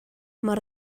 mor